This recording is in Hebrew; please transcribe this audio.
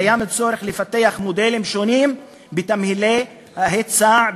קיים צורך לפתח מודלים שונים בתמהילי ההיצע,